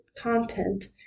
content